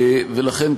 ולכן,